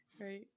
Right